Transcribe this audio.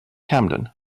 camden